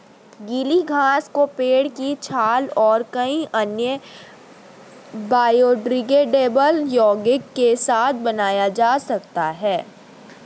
गीली घास को पेड़ की छाल और कई अन्य बायोडिग्रेडेबल यौगिक के साथ बनाया जा सकता है